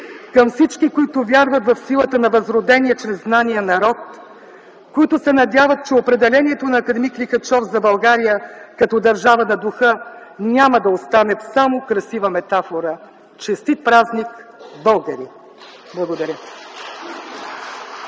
към всички, които вярват в силата на възродения чрез знания народ, които се надяват, че определението на акад. Лихачов за България като „държава на духа” няма да остане само красива метафора: „Честит празник, българи!”. Благодаря.